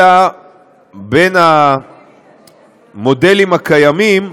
אלא בין המודלים הקיימים,